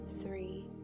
three